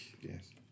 yes